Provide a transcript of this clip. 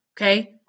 Okay